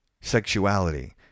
sexuality